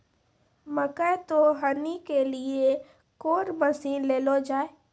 मकई तो हनी के लिए कौन मसीन ले लो जाए?